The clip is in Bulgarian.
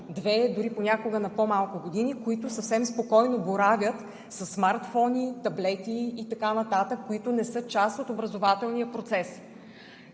две, дори понякога на по-малко години, които съвсем спокойно боравят със смартфони, таблети и така нататък, които не са част от образователния процес.